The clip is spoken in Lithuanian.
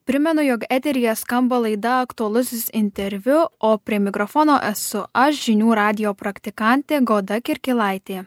primenu jog eteryje skamba laida aktualusis interviu o prie mikrofono esu aš žinių radijo praktikantė goda kirkilaitė